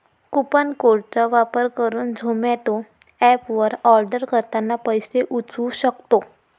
coupon code चा वापर करुन झोमाटो एप वर आर्डर करतांना पैसे वाचउ सक्तो